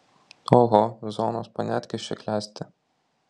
oho zonos paniatkės čia klesti